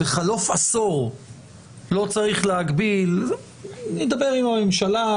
בחלוף עשור לא צריך להגביל נדבר עם הממשלה,